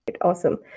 Awesome